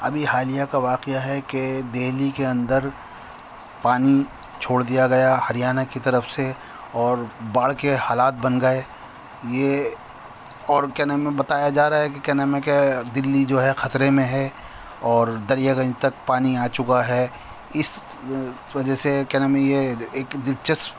ابھی حالیہ کا واقعہ ہے کہ دہلی کے اندر پانی چھوڑ دیا گیا ہریانہ کی طرف سے اور باڑھ کے حالات بن گئے یہ اور کیا نام ہے بتایا جا رہا ہے کہ کیا نام ہے کہ دہلی جو ہے خطرے میں ہے اور دریاگنج تک پانی آ چکا ہے اس وجہ سے کیا نام ہے یہ ایک دلچسپ